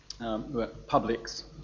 Publics